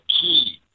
key